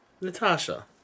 Natasha